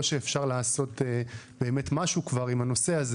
לא שאפשר לעשות משהו משהו כבר עם הנושא הזה.